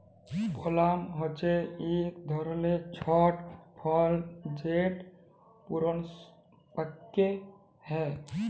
পালাম হছে ইক ধরলের ছট ফল যেট পূরুনস পাক্যে হয়